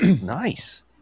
Nice